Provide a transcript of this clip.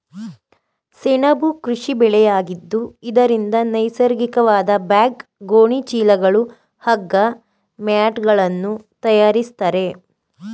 ಸೆಣಬು ಕೃಷಿ ಬೆಳೆಯಾಗಿದ್ದು ಇದರಿಂದ ನೈಸರ್ಗಿಕವಾದ ಬ್ಯಾಗ್, ಗೋಣಿ ಚೀಲಗಳು, ಹಗ್ಗ, ಮ್ಯಾಟ್ಗಳನ್ನು ತರಯಾರಿಸ್ತರೆ